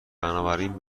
بنابراین